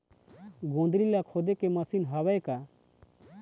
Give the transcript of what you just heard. गोंदली ला खोदे के मशीन हावे का?